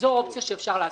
אז זאת אופציה שאפשר לעשות,